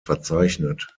verzeichnet